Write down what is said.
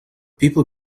people